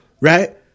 right